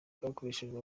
bwakoreshejwe